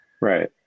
Right